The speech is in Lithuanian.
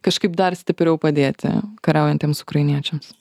kažkaip dar stipriau padėti kariaujantiems ukrainiečiams